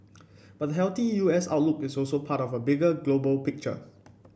but the healthy U S outlook is also part of a bigger global picture